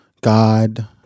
God